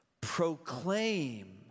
proclaim